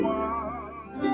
one